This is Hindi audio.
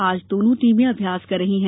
आज दोनों टीमें अभ्यास कर रही हैं